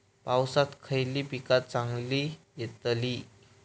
पावसात खयली पीका चांगली येतली?